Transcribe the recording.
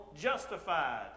justified